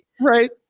right